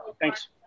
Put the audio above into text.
Thanks